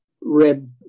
red